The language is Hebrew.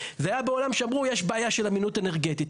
זה היה בעולם שבו אמרו שיש בעיה של אמינות אנרגטית.